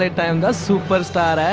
ah and super star